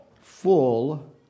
full